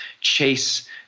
Chase